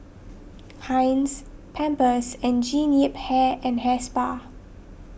Heinz Pampers and Jean Yip Hair and Hair Spa